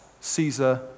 Caesar